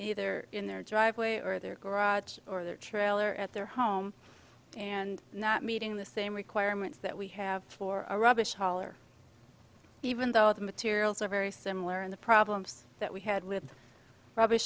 either in their driveway or their garage or their trailer at their home and not meeting the same requirements that we have for a rubbish haul or even though the materials are very similar in the problems that we had with rubbish